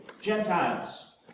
Gentiles